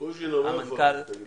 קוז'ינוב, איפה אתה?